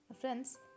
Friends